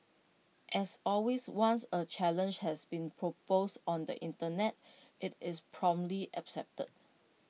as always once A challenge has been proposed on the Internet IT is promptly accepted